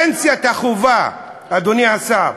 את פנסיית החובה, אדוני השר,